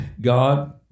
God